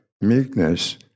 meekness